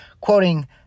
Quoting